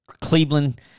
Cleveland